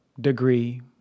degree